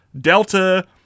Delta